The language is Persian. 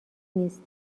نیست